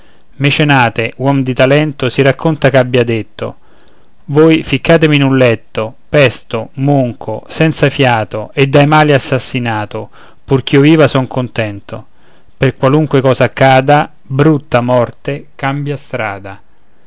mecenate uom di talento si racconta ch'abbia detto voi ficcatemi in un letto pesto monco senza fiato e dai mali assassinato pur ch'io viva son contento per qualunque cosa accada brutta morte cambia strada